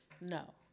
No